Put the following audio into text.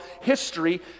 history